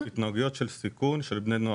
התנהגויות של סיכון אצל בני נוער.